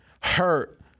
hurt